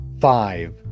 five